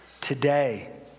today